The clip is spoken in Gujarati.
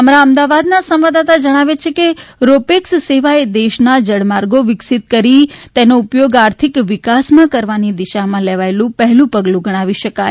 અમારા અમદાવાદના સંવાદદાતા જણાવે છે કે રોપેક્ષ સેવા એ દેશના જળમાર્ગો વિકસીત કરીને તેમનો ઉપયોગ આર્થિક વિકાસમાં કરવાની દિશામાં લેવાયેલું પહેલું પગલું ગણાવી શકાય